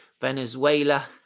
Venezuela